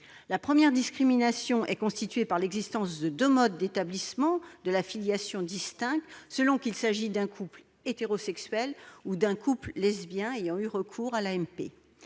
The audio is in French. La première discrimination, c'est l'existence de deux modes d'établissement de la filiation distincts, selon qu'il s'agit d'un couple hétérosexuel ou d'un couple lesbien ayant eu recours à l'AMP.